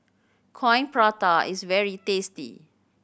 Coin Prata is very tasty